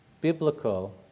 biblical